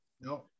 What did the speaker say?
No